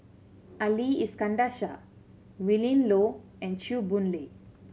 Ali Iskandar Shah Willin Low and Chew Boon Lay